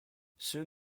soon